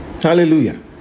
Hallelujah